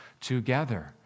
together